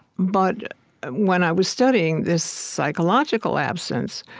but when i was studying this psychological absence,